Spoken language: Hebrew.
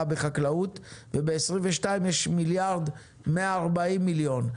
בחקלאות וב-2022 יש מיליארד ומאה וארבעים מיליון.